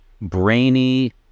brainy